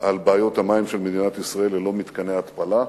על בעיות המים של מדינת ישראל ללא מתקני התפלה.